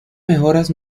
mejoras